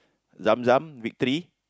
Zamzam Victory